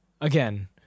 again